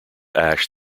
ash